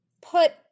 put